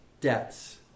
debts